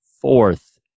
fourth